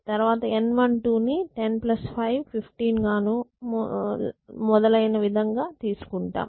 తర్వాత N12 ని10 plus 5 15 గానూ మొదలగు విధంగా తీసుకుంటాం